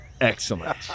excellent